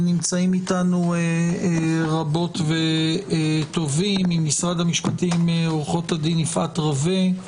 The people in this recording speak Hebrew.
נמצאות אתנו רבות וטובים ממשרד המשפטים עו"ד יפעת רווה,